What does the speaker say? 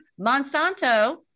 Monsanto